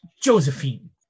Josephine